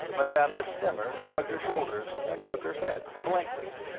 madame de stamer shrugged her shoulders and shook her head, blankly.